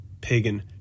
pagan